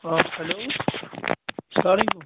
آ ہٮ۪لو سلام علیکُم